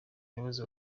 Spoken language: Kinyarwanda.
umuyobozi